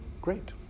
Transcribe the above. Great